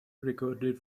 recorded